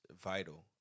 vital